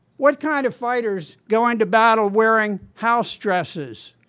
what kind of fighters go into battle wearing housedresses?